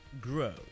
grow